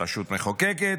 רשות מחוקקת,